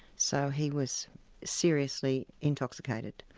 so he was seriously intoxicated.